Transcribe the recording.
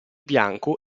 bianco